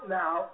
now